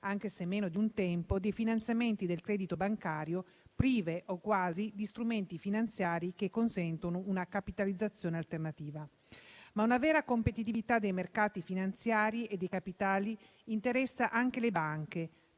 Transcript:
anche se meno di un tempo, dei finanziamenti del credito bancario, prive o quasi di strumenti finanziari che consentano una capitalizzazione alternativa. Una vera competitività dei mercati finanziari e dei capitali interessa anche le banche,